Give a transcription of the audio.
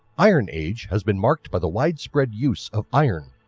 iron age has been marked by the widespread use of iron,